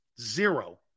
Zero